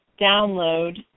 download